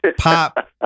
pop